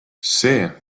see